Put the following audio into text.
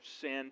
sinned